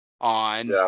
on